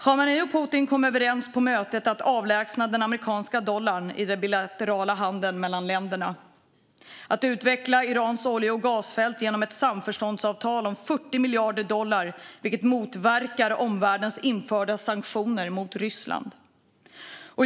Khamenei och Putin kom överens på mötet om att avlägsna den amerikanska dollarn i den bilaterala handeln mellan länderna, vidare att utveckla Irans olje och gasfält genom ett samförståndsavtal om 40 miljarder dollar, vilket motverkar omvärldens införda sanktioner mot Ryssland.